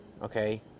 Okay